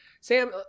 sam